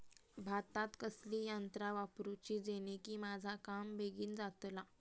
भातात कसली यांत्रा वापरुची जेनेकी माझा काम बेगीन जातला?